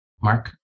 Mark